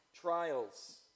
trials